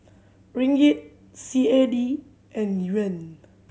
Ringgit C A D and Yuan